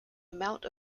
amount